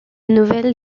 nouvelle